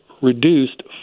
reduced